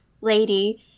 lady